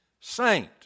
saint